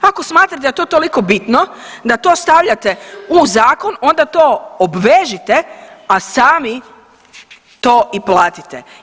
Ako smatrate da je to toliko bitno da to stavljate u zakon, onda to obvežite a sami to i platite.